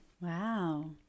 wow